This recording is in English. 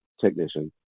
technician